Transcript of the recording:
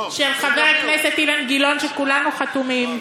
יש הצעת חוק של חבר הכנסת אילן גילאון שכולנו חתומים,